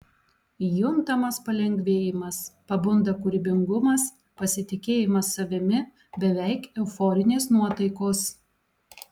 juntamas palengvėjimas pabunda kūrybingumas pasitikėjimas savimi beveik euforinės nuotaikos